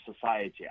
society